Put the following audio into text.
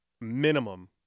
minimum